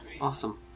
awesome